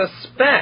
suspect